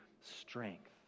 strength